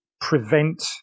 prevent